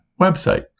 website